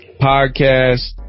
Podcast